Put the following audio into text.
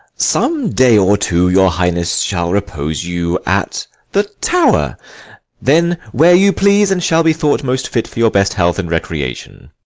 some day or two your highness shall repose you at the tower then where you please and shall be thought most fit for your best health and recreation.